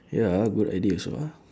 ya good idea also ah